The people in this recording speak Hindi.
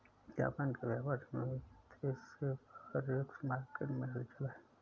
जापान के व्यापार समझौते से फॉरेक्स मार्केट में हलचल है